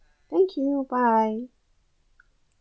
thank you bye